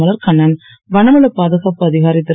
மலர்கண்ணன் வனவள பாதுகாப்பு அதிகாரி திரு